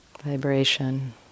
vibration